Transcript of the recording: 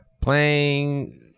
playing